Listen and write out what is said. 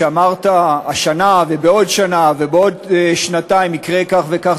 כשאמרת: השנה ובעוד שנה ובעוד שנתיים יקרה כך וכך,